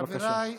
בבקשה.